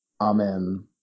Amen